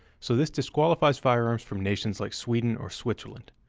so this disqualifies firearms from nations like sweden or switzerland.